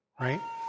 Right